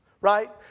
right